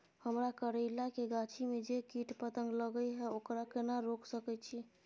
हमरा करैला के गाछी में जै कीट पतंग लगे हैं ओकरा केना रोक सके छी?